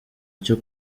cyo